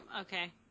Okay